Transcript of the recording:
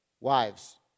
Wives